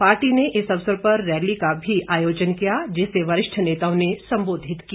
party ने इस अवसर पर रैली का भी आयोजन किया जिसे वरिष्ठ नेताओं ने संबोधित किया